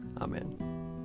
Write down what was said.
Amen